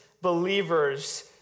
believers